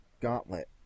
Gauntlet